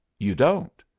you don't!